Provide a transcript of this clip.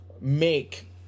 make